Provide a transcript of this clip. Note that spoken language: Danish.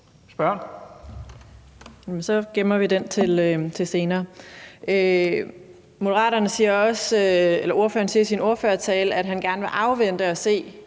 Nawa (RV): Så gemmer vi den til senere. Moderaternes ordfører siger også i sin ordførertale, at han gerne vil afvente og se,